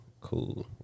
cool